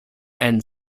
and